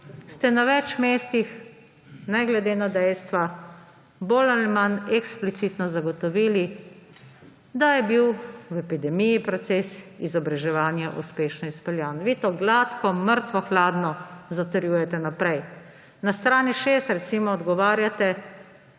ste na več mestih ne glede na dejstva bolj ali manj eksplicitno zagotovili, da je bil v epidemiji proces izobraževanja uspešno izpeljan. Vi to gladko, mrtvo hladno zatrjujete naprej. Na strani 6, recimo, odgovarjate,